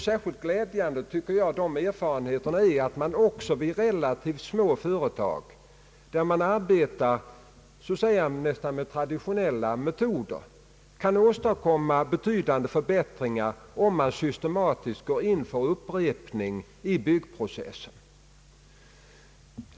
Särskilt glädjande är erfarenheterna att man även i relativt små företag, där man arbetar med så att säga traditionella metoder, kan åstadkomma betydande förbättringar, om man systematiskt går in för upprepning i processen.